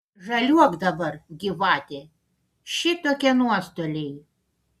žaliuok dabar gyvate šitokie nuostoliai